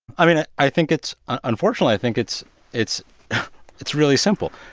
i mean, i i think it's unfortunately, i think it's it's it's really simple.